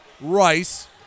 Rice